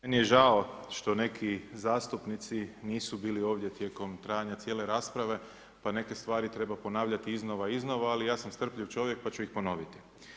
Meni je žao što neki zastupnici nisu bili ovdje tijekom trajanja cijele rasprave pa ne neke stari treba ponavljati iznova i iznova, ali ja sam strpljiv čovjek pa ću ih ponoviti.